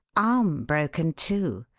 arm broken, too.